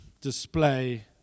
display